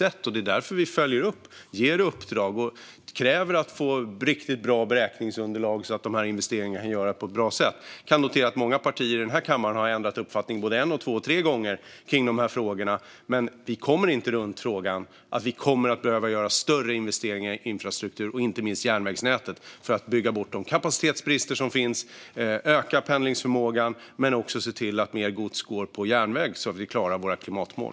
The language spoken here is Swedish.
Det är därför vi följer upp detta, lägger ut uppdrag och kräver att få riktigt bra beräkningsunderlag så att investeringarna kan göras på ett bra sätt. Jag kan notera att många partier i kammaren har ändrat uppfattning i de här frågorna både en och två och tre gånger. Men vi kommer inte runt frågan att vi kommer att behöva göra större investeringar i infrastrukturen och inte minst järnvägsnätet för att bygga bort de kapacitetsbrister som finns, öka pendlingsförmågan och se till att mer gods går på järnväg, så att vi klarar våra klimatmål.